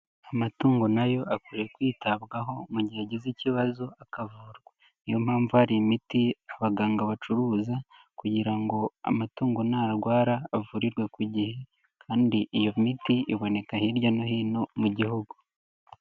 Amatungo nayo akwiye kwitabwaho mu gihe agize ikibazo akavurwa, niyo mpamvu hari imiti abaganga bacuruza kugira ngo amatungo ntarwara avurirwe ku gihe. Kandi iyo miti iboneka hirya no hino mu gihugu.